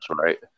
right